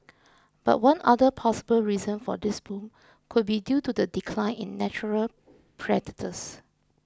but one other possible reason for this boom could be due to the decline in natural predators